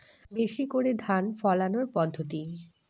বেশি করে ধান ফলানোর পদ্ধতি?